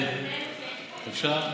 אפשר?